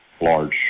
Large